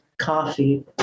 coffee